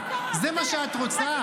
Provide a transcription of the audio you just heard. זה מה שאת רוצה?